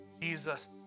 Jesus